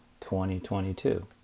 2022